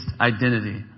identity